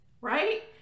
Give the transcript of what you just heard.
right